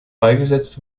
beigesetzt